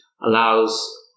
allows